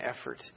effort